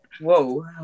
whoa